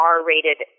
R-rated